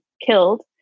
killed